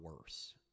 worse